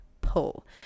pull